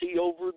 over